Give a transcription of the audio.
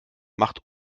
macht